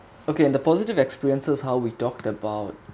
okay and the positive experiences how we talked about